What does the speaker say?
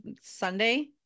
Sunday